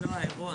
האירוע